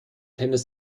tennis